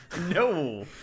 No